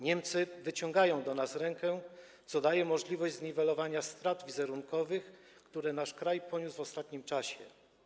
Niemcy wyciągają do nas rękę, co daje możliwość zniwelowania strat wizerunkowych, które nasz kraj poniósł w ostatnim czasie.